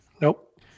Nope